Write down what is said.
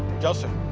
joseph,